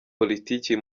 politiki